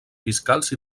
fiscals